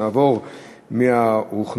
התרבות והספורט נתקבלה.